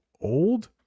old